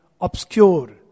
obscure